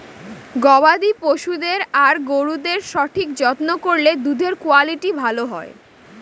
গবাদি পশুদের আর গরুদের সঠিক যত্ন করলে দুধের কুয়ালিটি ভালো হয়